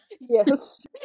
Yes